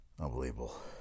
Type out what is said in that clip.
Unbelievable